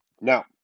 Now